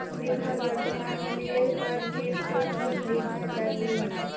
विभाक वर्तमान मूल्येर पर क्रिप्टो नी खरीदना चाहिए